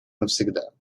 навсегда